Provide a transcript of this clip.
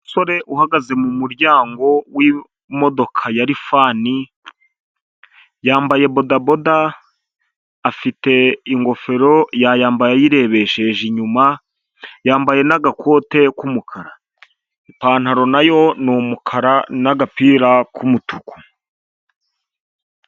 Umusore uhagaze mu muryango w'imodoka ya rifani, yambaye bodaboda afite ingofero yayambaye ayirebesheje inyuma, yambaye n'agakote k'umukara, ipantaro nayo ni umukara n'agapira k'umutuku.